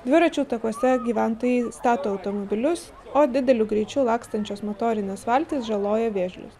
dviračių takuose gyventojai stato automobilius o dideliu greičiu lakstančios motorinės valtys žaloja vėžlius